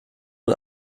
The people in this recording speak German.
und